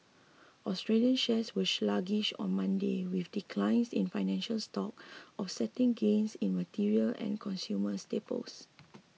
Australian shares were sluggish on Monday with declines in financial stocks offsetting gains in materials and consumer staples